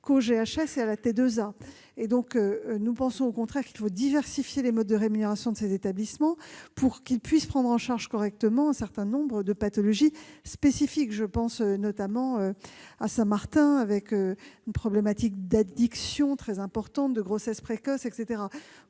les GHS, et à la T2A. Nous pensons, au contraire, qu'il faut diversifier les modes de rémunération de ces établissements, pour qu'ils puissent prendre en charge correctement un certain nombre de pathologies spécifiques. Je pense notamment à Saint-Martin, qui connaît des problématiques très importantes d'addictions, de grossesses précoces, etc.